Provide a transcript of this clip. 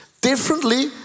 Differently